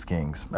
Kings